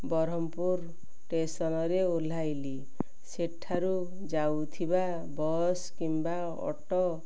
ବର୍ହମପୁର ଷ୍ଟେସନ୍ରେ ଓହ୍ଳାଇଲି ସେଠାରୁ ଯାଉଥିବା ବସ୍ କିମ୍ବା ଅଟୋ